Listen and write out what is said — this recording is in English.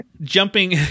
Jumping